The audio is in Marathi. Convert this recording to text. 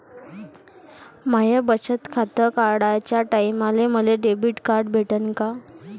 माय बचत खातं काढाच्या टायमाले मले डेबिट कार्ड भेटन का?